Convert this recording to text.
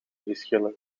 geschillen